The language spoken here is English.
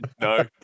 No